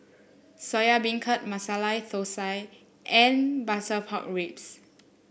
Soya Beancurd Masala Thosai and Butter Pork Ribs